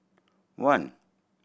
one